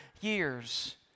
years